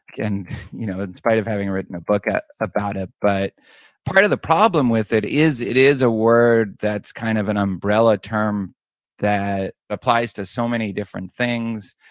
and you know in spite of having written a book about it. but part of the problem with it is, it is a word that's kind of an umbrella term that applies to so many different things,